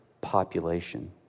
population